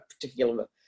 particular